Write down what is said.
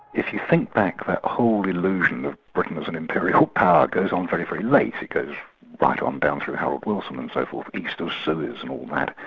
if you think about, that whole illusion of britain as an imperial power goes on very, very late, because right on down through harold wilson and so forth, east of suez and all that.